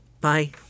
Bye